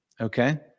Okay